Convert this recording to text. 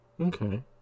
Okay